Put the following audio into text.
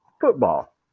football